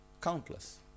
Countless